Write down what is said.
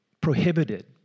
prohibited